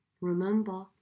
Remember